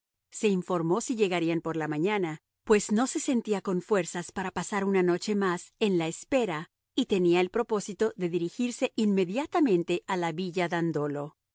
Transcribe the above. se informó si llegarían por la mañana pues no se sentía con fuerzas para pasar una noche más en la espera y tenía el propósito de dirigirse inmediatamente a la villa dandolo